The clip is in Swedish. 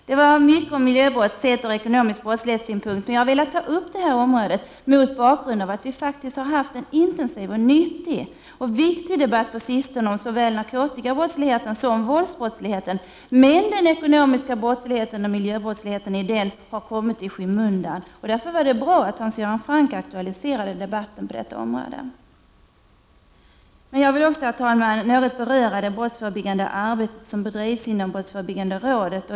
Det var mycket om miljöbrott, sett ur synvinkeln ekonomisk brottslighet, men jag har velat ta upp det här området mot bakgrund av att vi faktiskt har haft en intensiv, nyttig och viktig debatt på sistone om såväl narkotikabrottsligheten som våldsbrottsligheten, medan den ekonomiska brottsligheten och miljöbrottsligheten i den har kommit i skymundan. Därför var det bra att Hans Göran Franck aktualiserade debatten på detta område. Herr talman! Jag vill också något beröra det brottsförebyggande arbete som bedrivs inom brottsförebyggande rådet.